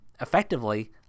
effectively